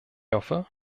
hoffe